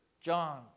John